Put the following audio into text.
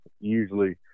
usually